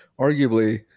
arguably